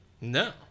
No